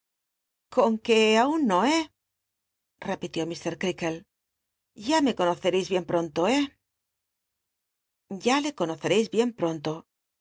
con que aun no eh repitió mr crcakhi ya me conocereis bien pronto eh ya le conoccjeis bien ptonto